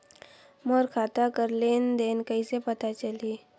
मोर खाता कर लेन देन कइसे पता चलही?